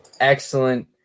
Excellent